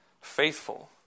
faithful